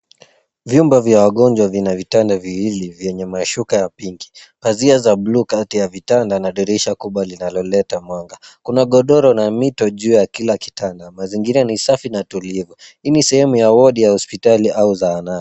Vyumba vya wagonjwa vina vitanda viwili vyenye mashuka ya pinki. Pazia za buluu kati ya vitanda na dirisha kubwa linaloleta mwanga. Kuna godoro na mito juu ya kila kitanda na zingine ni safi na tulivu. Hii ni sehemu ya wodi ya hospitali au zahanati.